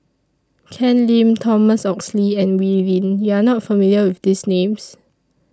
Ken Lim Thomas Oxley and Wee Lin YOU Are not familiar with These Names